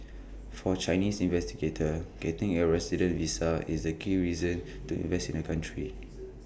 for Chinese investigator getting A resident visa is the key reason to invest in the country